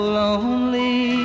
lonely